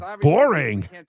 boring